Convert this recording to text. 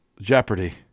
Jeopardy